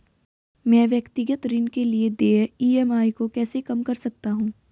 मैं व्यक्तिगत ऋण के लिए देय ई.एम.आई को कैसे कम कर सकता हूँ?